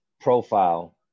Profile